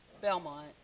Belmont